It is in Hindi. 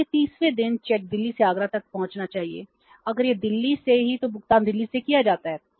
इसलिए 30 वें दिन चेक दिल्ली से आगरा तक पहुंचना चाहिए अगर यह दिल्ली से है तो भुगतान दिल्ली से किया जाता है